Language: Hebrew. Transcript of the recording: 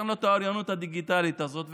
אין לו את האוריינות הדיגיטלית הזאת,